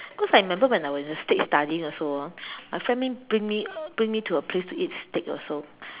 because I remember when I was in states studying also ah my friend bring me bring me to a place to eat steak also